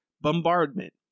bombardment